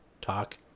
talk